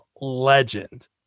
legend